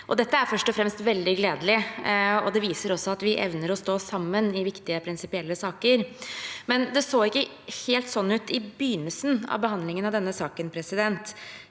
Dette er først og fremst veldig gledelig, og det viser også at vi evner å stå sammen i viktige prinsipielle saker. Likevel så det ikke helt sånn ut i begynnelsen av behandlingen av denne saken.